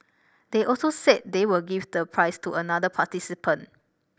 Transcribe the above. they also said they will give the prize to another participant